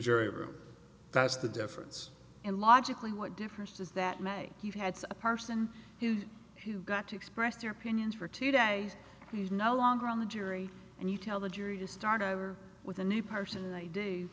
jury room that's the difference in logically what difference does that make you had a person who got to express their opinions for today he's no longer on the jury and you tell the jury to start over with a new person id th